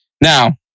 Now